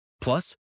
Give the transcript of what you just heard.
Plus